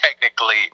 technically